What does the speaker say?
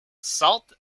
sault